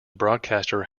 broadcaster